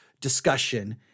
discussion